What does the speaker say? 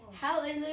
Hallelujah